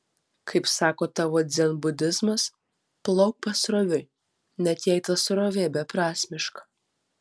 kaip sako tavo dzenbudizmas plauk pasroviui net jei ta srovė beprasmiška